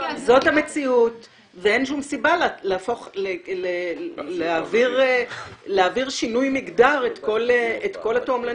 זאת המציאות ואין שום סיבה להעביר שינוי מגדר את כל התועמלניות